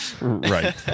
Right